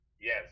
Yes